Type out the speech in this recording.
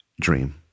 dream